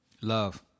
Love